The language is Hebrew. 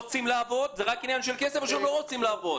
רוצים לעבוד וזה רק עניין של כסף או שהם לא רוצים לעבוד?